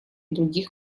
других